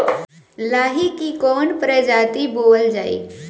लाही की कवन प्रजाति बोअल जाई?